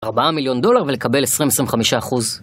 ארבעה מיליון דולר ולקבל עשרים-עשרים חמישה אחוז